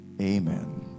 Amen